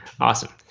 awesome